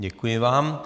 Děkuji vám.